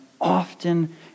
often